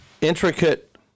intricate